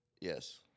Yes